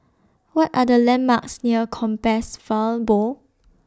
What Are The landmarks near Compassvale Bow